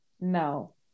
No